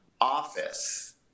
office